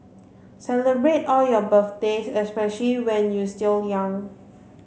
celebrate all your birthdays especially when you still young